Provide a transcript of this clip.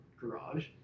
garage